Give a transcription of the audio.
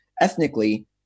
ethnically